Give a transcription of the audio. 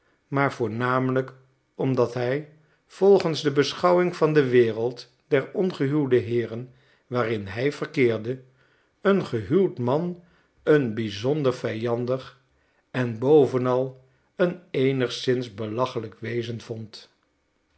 maar voornamelijk omdat hij volgens de beschouwing van de wereld der ongehuwde heeren waarin hij verkeerde een gehuwd man een bizonder vijandig en bovenal een eenigszins belachelijk wezen vond